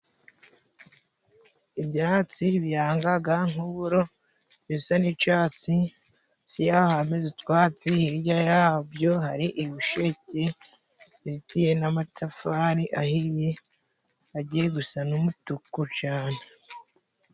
Ibyatsi biyangaga nk'uburo bisa n'icatsi munsi yaho hameze utwatsi, hirya yabyo hari ibisheke bizitiye n'amatafari ahiye agiye gusa n'umutuku cane.